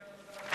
אדוני סגן השר,